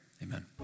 Amen